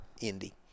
Indy